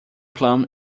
plum